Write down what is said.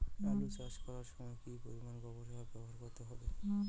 আলু চাষ করার সময় কি পরিমাণ গোবর সার ব্যবহার করতে হবে?